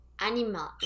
Animal